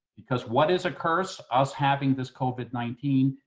because what is a curse, us having this covid nineteen,